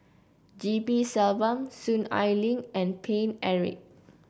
G P Selvam Soon Ai Ling and Paine Eric